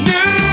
New